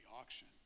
auction